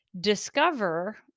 discover